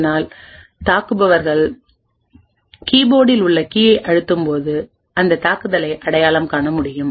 இதனால் தாக்குபவர்கள் கீ போர்டில் உள்ள கீயை அழுத்தும்போது அந்த தாக்குதலை அடையாளம் காண முடியும்